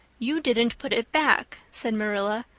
you didn't put it back, said marilla.